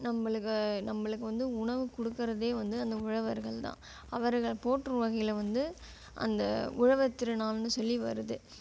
நம்மளுக்கு நம்மளுக்கு வந்து உணவு கொடுக்குறதே வந்து அந்த உழவர்கள்தான் அவர்கள போற்றும் வகையில் வந்து அந்த உழவர் திருநாள்னு சொல்லி வருது